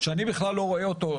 שאני בכלל לא רואה אותו,